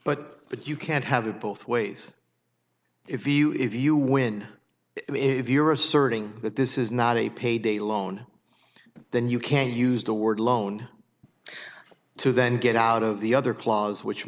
but but you can't have it both ways if you if you win if you're asserting that this is not a payday loan then you can use the word loan to then get out of the other clause which